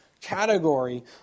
category